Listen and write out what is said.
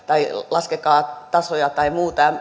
laskekaa tasoja tai muuta